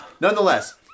Nonetheless